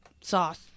sauce